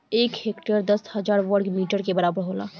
एक हेक्टेयर दस हजार वर्ग मीटर के बराबर होला